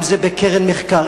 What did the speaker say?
אם זה בקרן מחקר,